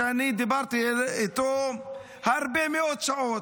שאני דיברתי איתו הרבה מאוד שעות.